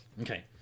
Okay